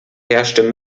herrschte